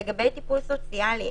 לגבי טיפול סוציאלי,